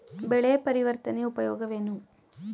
ಬೆಳೆ ಪರಿವರ್ತನೆಯ ಉಪಯೋಗವೇನು?